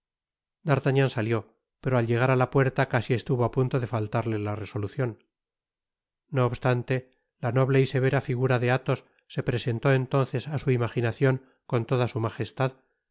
d'artagnan salió pero al llegar á la puerta casi estuvo á punto de faltarle la resolucion no obstante la noble y severa figura de athos se presentó entonces á su imaginacion con toda su majestad